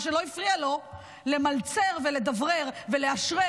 מה שלא הפריע לו למלצר ולדברר ולאשרר